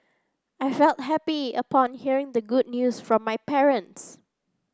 I felt happy upon hearing the good news from my parents